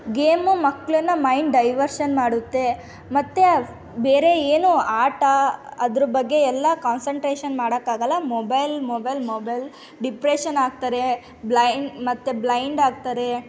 game ಮಕ್ಕಳನ್ನ mind diversion ಮಾಡುತ್ತೆ ಮತ್ತೆ ಬೇರೆ ಏನೂ ಆಟ ಅದರ ಬಗ್ಗೆ ಎಲ್ಲ ಕಾನ್ಸಂಟ್ರೇಶನ್ ಮಾಡೋಕ್ಕಾಗಲ್ಲ ಮೊಬೆಲ್ ಮೊಬೆಲ್ ಮೊಬೆಲ್ ಡಿಪ್ರೆಶನ್ ಆಗ್ತಾರೆ ಬ್ಲೈಂಡ್ ಮತ್ತೆ ಬ್ಲೈಂಡ್ ಆಗ್ತಾರೆ